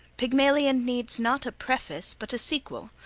pygmalion needs, not a preface, but a sequel,